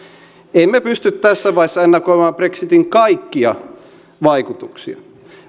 emme pysty tässä vaiheessa ennakoimaan brexitin kaikkia vaikutuksia